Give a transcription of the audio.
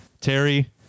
Terry